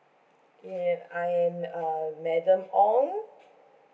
ya I am uh madam ong